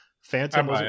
phantom